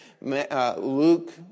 Luke